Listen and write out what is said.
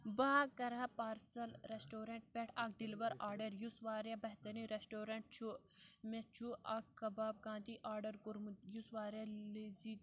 بہٕ ہا کَرٕ ہا پارسَل رٮ۪سٹورنٛٹ پٮ۪ٹھ اکھ دیلور آردڑ یُس واریاہ بہتریٖن ریسٹورنٛٹ چھُ مےٚ چھُ اکھ کَباب کانتی آرڈر کورمُت یُس واریاہ لیزی